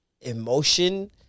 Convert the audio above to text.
emotion